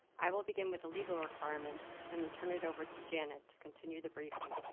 i will begin with the legal requirements and then turn it over to janet to continue the briefing.